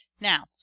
now